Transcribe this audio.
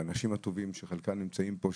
והאנשים הטובים שחלקם נמצאים פה,